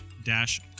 dash